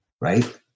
Right